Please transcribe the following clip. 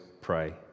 pray